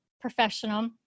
professional